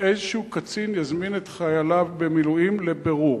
שאיזה קצין יזמין את חיילי המילואים לבירור.